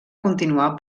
continuar